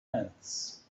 hands